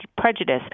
prejudice